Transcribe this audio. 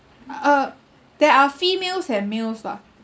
uh there are females and males lah